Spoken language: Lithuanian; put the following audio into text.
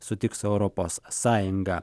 sutiks europos sąjunga